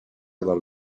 del